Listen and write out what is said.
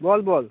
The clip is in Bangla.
বল বল